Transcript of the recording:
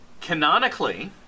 Canonically